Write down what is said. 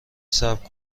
صبر